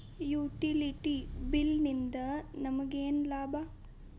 Utility bill ನಿಂದ್ ನಮಗೇನ ಲಾಭಾ?